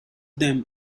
them